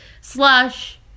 slash